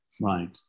Right